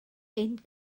ein